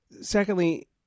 secondly